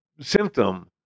symptom